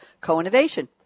co-innovation